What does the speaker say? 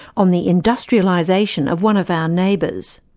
on the industrialisation of one of our neighbours.